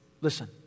Listen